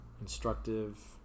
instructive